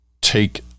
take